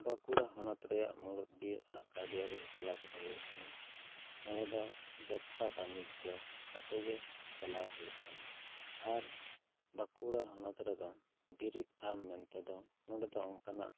ᱵᱟᱸᱠᱩᱲᱟ ᱦᱚᱱᱚᱛ ᱨᱮᱭᱟᱜ ᱢᱩᱬᱩᱛᱤᱭᱟᱹ ᱟᱨ ᱠᱟᱹᱣᱰᱤ ᱟᱹᱨᱤ ᱪᱟᱞᱟᱣ ᱠᱚ ᱫᱚ ᱦᱩᱭᱩᱜ ᱠᱟᱱᱟ ᱱᱚᱸᱰᱮ ᱫᱚ ᱵᱮᱯᱥᱟ ᱵᱟᱹᱱᱤᱡᱽᱡᱚ ᱠᱟᱛᱮ ᱜᱮ ᱪᱟᱞᱟᱣ ᱦᱩᱭᱩᱜ ᱠᱟᱱᱟ ᱟᱨ ᱵᱟᱸᱠᱩᱲᱟ ᱦᱚᱱᱚᱛ ᱨᱮᱫᱚ ᱵᱤᱨᱤᱫ ᱯᱷᱟᱨ ᱢᱮᱱᱛᱮ ᱫᱚ ᱱᱚᱸᱰᱮ ᱫᱚ ᱚᱱᱠᱟᱱᱟᱜ